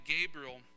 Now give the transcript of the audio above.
Gabriel